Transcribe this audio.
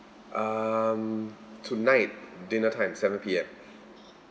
um tonight dinner time seven P_M